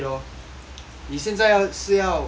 你现在是要